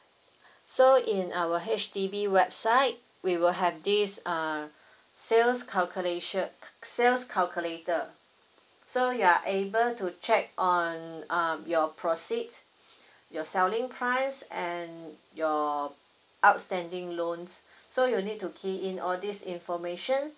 so in our H_D_B website we will have this uh sales calculation sales calculator so you are able to check on um your proceed you're selling price and your outstanding loans so you need to key in all this information